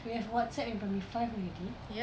you have whatsapp in primary five already